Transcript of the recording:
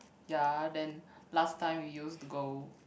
ya then last time we used to go